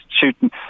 shooting